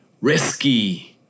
risky